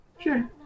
Sure